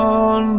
on